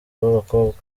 b’abakobwa